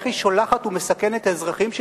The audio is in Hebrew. איך היא שולחת למים,